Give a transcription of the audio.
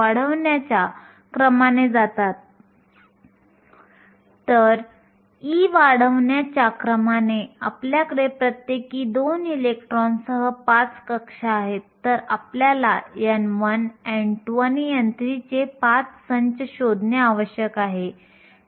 26 me आहे जेथे me हे एका इलेक्ट्रॉनचे वस्तुमान आहे आणि me एक मूल्य आहे τe चे मूल्य मिळवण्यासाठी आम्ही येथे संख्या बदलू शकतो